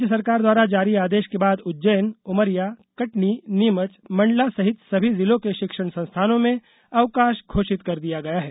राज्य सरकार द्वारा जारी आदेश के बाद उज्जैन उमरिया कटनी नीमच मंडला सहित सभी जिलों के शिक्षण संस्थानों में अवकाश घोषित कर दिया गया है